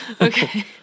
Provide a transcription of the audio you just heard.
Okay